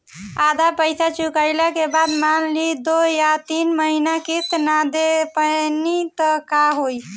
आधा पईसा चुकइला के बाद मान ली दो या तीन महिना किश्त ना दे पैनी त का होई?